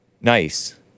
Nice